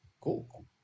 Cool